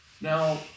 Now